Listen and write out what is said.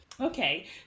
Okay